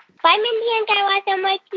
bye, mindy and guy like um like